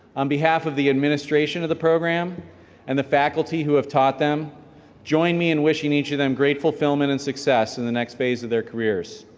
on behalf of the administration of the program and the faculty who have taught them join me in wishing each of the grateful fulfillment and success in the next phase of their careers.